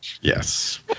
Yes